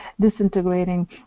disintegrating